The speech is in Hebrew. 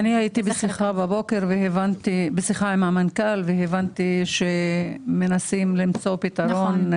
משיחה עם המנכ"ל הבנתי שמנסים למצוא פתרון.